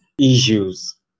issues